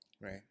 Right